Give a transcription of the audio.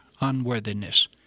unworthiness